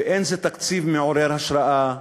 ואין זה תקציב מעורר השראה,